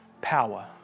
power